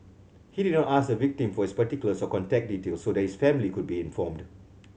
he did not ask the victim for his particulars or contact details so that his family could be informed